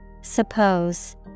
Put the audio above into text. Suppose